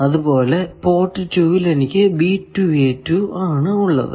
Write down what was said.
അതുപോലെ പോർട്ട് 2 ൽ എനിക്ക് ആണ് ഉള്ളത്